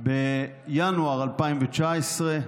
בינואר 2019,